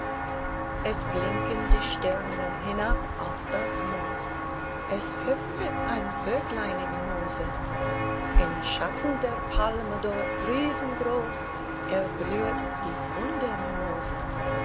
es blinken die sterne hinab auf das moos es hüpfet ein vöglein im moose im schatten der palme dort riesengroß erblühet die